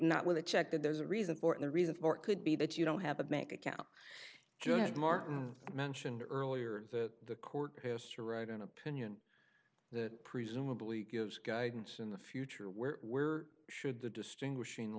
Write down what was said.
not with a check that there's a reason for the reason or it could be that you don't have a bank account just martin mentioned earlier that the court has to write an opinion that presumably gives guidance in the future where where should the distinguishing